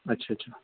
अच्छा अच्छा